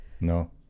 no